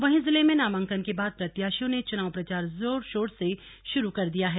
वहीं जिले में नामांकन के बाद प्रत्याशियों ने चुनाव प्रचार जोर शोर से शुरू कर दिया है